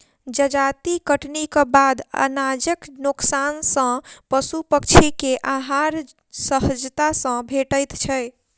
जजाति कटनीक बाद अनाजक नोकसान सॅ पशु पक्षी के आहार सहजता सॅ भेटैत छै